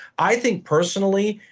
i think personally,